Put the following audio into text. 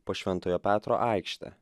po šventojo petro aikštę